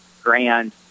grand